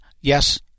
yes